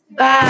Bye